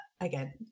again